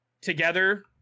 together